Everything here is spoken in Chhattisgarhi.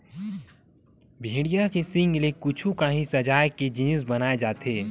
भेड़िया के सींग ले कुछु काही सजाए के जिनिस बनाए जाथे